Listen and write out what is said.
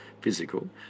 physical